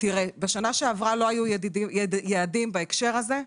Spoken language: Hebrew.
בשנה שעברה לא היו יעדים בהקשר הזה.